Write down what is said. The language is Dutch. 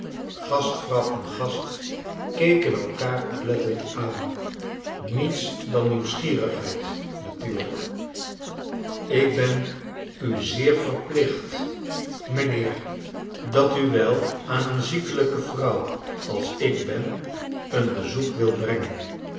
gastvrouw en gast keken elkaar oplettend aan niets dan nieuwsgierigheid natunrlijk ik ben u zeer verplicht mijnkleine dokrjt heer dat u wel aan een ziekelijke vrouw als ik ben een bezoek wilt brengen